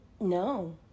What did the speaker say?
No